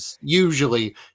usually